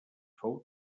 fou